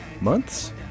months